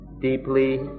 deeply